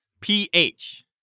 PH